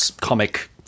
comic